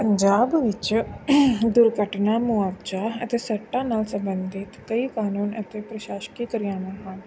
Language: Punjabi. ਪੰਜਾਬ ਵਿੱਚ ਦੁਰਘਟਨਾ ਮੁਆਵਜ਼ਾ ਅਤੇ ਸੱਟਾਂ ਨਾਲ ਸੰਬੰਧਿਤ ਕਈ ਕਾਨੂੰਨ ਅਤੇ ਪ੍ਰਸ਼ਾਸਕੀ ਕਿਰਿਆਵਾਂ ਹਨ